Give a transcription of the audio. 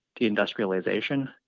deindustrialization